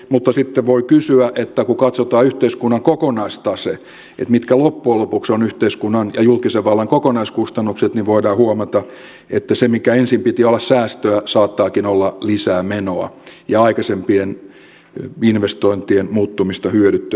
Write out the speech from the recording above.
mutta sitten voi kysyä kun katsotaan yhteiskunnan kokonaistase mitkä loppujen lopuksi ovat yhteiskunnan ja julkisen vallan kokonaiskustannukset voidaan huomata että se minkä ensin piti olla säästöä saattaakin olla lisää menoa ja aikaisempien investointien muuttumista hyödyttömiksi